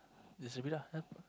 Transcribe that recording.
that's a bit ah yup